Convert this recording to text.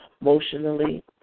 emotionally